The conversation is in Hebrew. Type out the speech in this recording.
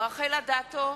רחל אדטו,